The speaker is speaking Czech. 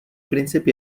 princip